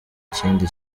ikindi